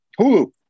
Hulu